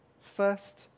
first